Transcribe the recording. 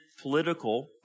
political